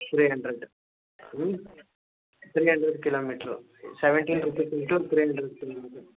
three hundred ಹ್ಞೂ three hundred kilometre seventeen rupees into three hundred kilometre